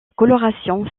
coloration